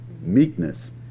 Meekness